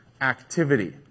activity